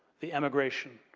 the emigration.